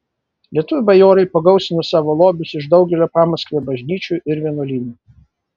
lietuvių bajorai pagausino savo lobius iš daugelio pamaskvio bažnyčių ir vienuolynų